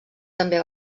també